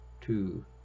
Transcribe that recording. two